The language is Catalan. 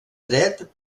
dret